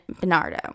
Bernardo